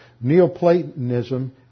Neoplatonism